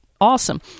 awesome